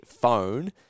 phone